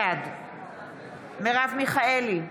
בעד מרב מיכאלי,